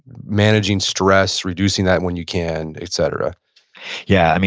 managing stress, reducing that when you can, et cetera yeah.